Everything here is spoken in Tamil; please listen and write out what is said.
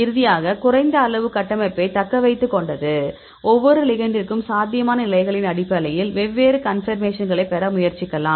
இறுதியாக குறைந்த அளவு கட்டமைப்பைத் தக்க வைத்துக் கொண்டது ஒவ்வொரு லிகெண்டிற்கும் சாத்தியமான நிலைகளின் அடிப்படையில் வெவ்வேறு கன்பர்மேஷன்களைப் பெற முயற்சிக்கலாம்